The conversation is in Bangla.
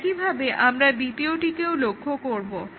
একইভাবে আমরা দ্বিতীয়টিকেও লক্ষ্য করবো